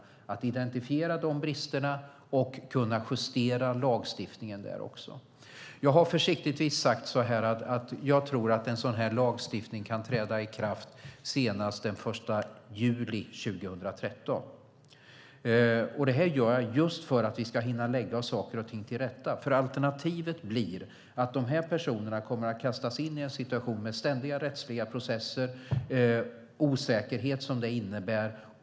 Jag vill identifiera de bristerna och kunna justera lagstiftningen där också. Jag har försiktigtvis sagt att jag tror att en sådan här lagstiftning kan träda i kraft senast den 1 juli 2013. Det är just för att vi ska hinna lägga saker och ting till rätta. Alternativet blir att de här personerna kommer att kastas in i en situation med ständiga rättsliga processer och den osäkerhet som det innebär.